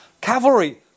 cavalry